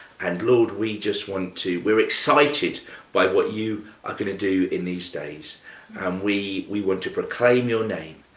and, lord, we just want to we're excited by what you are going to do in these days um and we want to proclaim your name.